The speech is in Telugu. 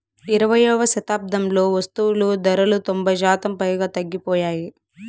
ఇరవైయవ శతాబ్దంలో వస్తువులు ధరలు తొంభై శాతం పైగా తగ్గిపోయాయి